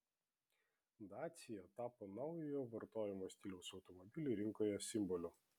dacia tapo naujojo vartojimo stiliaus automobilių rinkoje simboliu